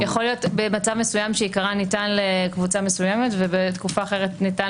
יכול להיות במצב מסוים שעיקרן ניתן לקבוצה מסוימת ובתקופה אחרת ניתן